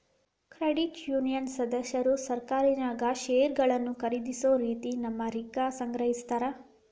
credit union ಸದಸ್ಯರು ಸಹಕಾರಿನ್ಯಾಗ್ ಷೇರುಗಳನ್ನ ಖರೇದಿಸೊ ರೇತಿ ತಮ್ಮ ರಿಕ್ಕಾ ಸಂಗ್ರಹಿಸ್ತಾರ್